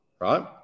right